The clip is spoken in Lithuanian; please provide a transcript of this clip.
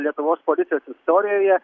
lietuvos policijos istorijoje